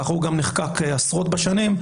כך הוא גם נחקק עשרות בשנים,